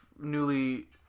newly